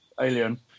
alien